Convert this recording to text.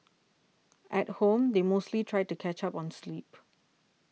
at home they mostly try to catch up on sleep